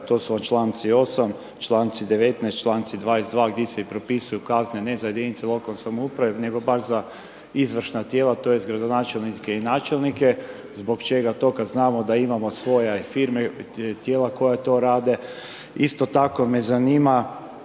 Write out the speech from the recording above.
to su vam čl. 8., čl. 19., čl. 22. gdje se i propisuju kazne, ne za jedinice lokalne samouprave nego baš za izvršna tijela, tj. gradonačelnike i načelnike. Zbog čega to kad znamo da imamo svoje firme i tijela koja to rade? Isto tako me zanima